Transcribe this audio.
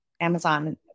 Amazon